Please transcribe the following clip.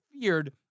feared